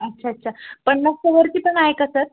अच्छा अच्छा पन्नासच्यावरती पण आहे का सर